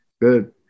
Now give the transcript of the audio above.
Good